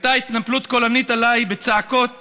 הייתה התנפלות קולנית עליי בצעקות